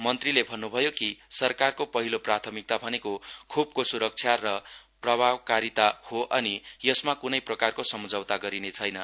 मन्त्रीले भन्न्भयो कि सरकारको पहिलो प्राथमिकता भनेको खोपको सुरक्षा र प्रभावकारिता हो अनि यसमा कुनै प्रकारको समझाउता गरिने छैन